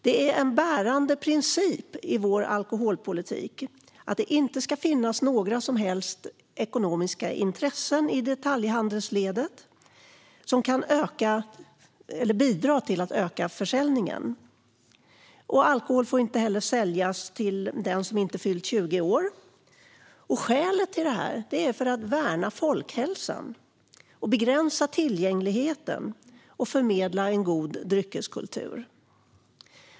Det är en bärande princip i vår alkoholpolitik att det inte ska finnas några som helst ekonomiska intressen i detaljhandelsledet som kan bidra till att öka försäljningen. Alkohol får inte heller säljas till den som inte fyllt 20 år. Skälen till detta är att värna folkhälsan, begränsa tillgängligheten och förmedla en god dryckeskultur.